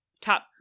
top